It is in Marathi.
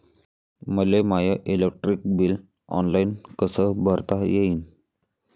मले माय इलेक्ट्रिक बिल ऑनलाईन कस भरता येईन?